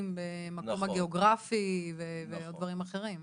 למקום הגיאוגרפי ועוד דברים אחרים.